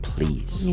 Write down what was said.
please